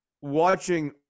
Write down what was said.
watching